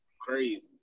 crazy